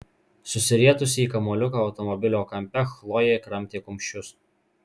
susirietusi į kamuoliuką automobilio kampe chlojė kramtė kumščius